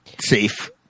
safe